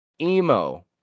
Emo